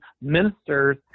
ministers